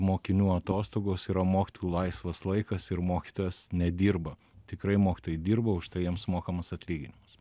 mokinių atostogos yra mokytojų laisvas laikas ir mokytojas nedirba tikrai mokytojai dirba už tai jiems sumokamas atlyginimas